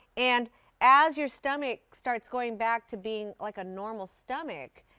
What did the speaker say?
and as your stomach starts going back to being like a normal stomach,